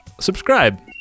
subscribe